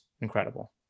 incredible